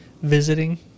visiting